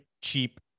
cheap